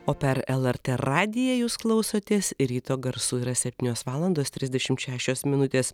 o per lrt radiją jūs klausotės ryto garsų yra septynios valandos trisdešimt šešios minutės